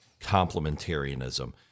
complementarianism